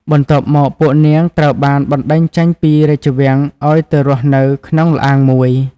បន្ទាប់មកពួកនាងត្រូវបានបណ្តេញចេញពីរាជវាំងឲ្យទៅរស់នៅក្នុងល្អាងមួយ។